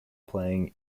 playing